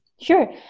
Sure